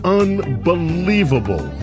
unbelievable